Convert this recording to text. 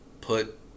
put